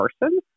person